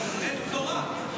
תן לנו בשורה.